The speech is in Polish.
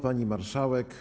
Pani Marszałek!